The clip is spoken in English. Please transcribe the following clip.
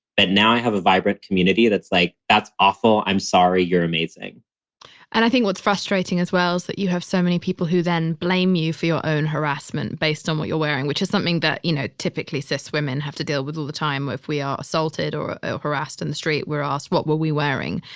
but now i have a vibrant community that's like, that's awful. i'm sorry. you're amazing and i think what's frustrating as well is that you have so many people who then blame you for your own harassment based on what you're wearing, which is something that, you know, typically cis women have to deal with all the time if we are assaulted or harassed on and the street. we're asked, what were we wearing?